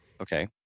Okay